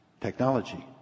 technology